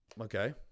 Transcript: okay